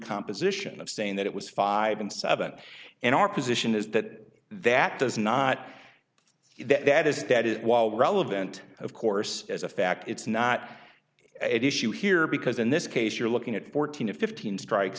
composition of saying that it was five and seven and our position is that that does not that is that it while relevant of course as a fact it's not it issue here because in this case you're looking at fourteen to fifteen strikes